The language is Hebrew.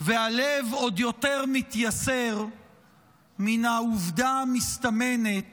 והלב עוד יותר מתייסר מן העובדה המסתמנת